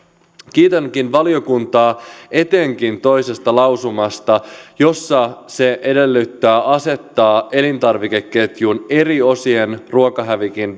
kiitänkin valiokuntaa etenkin toisesta lausumasta jossa se edellyttää asettaa elintarvikeketjun eri osien ruokahävikin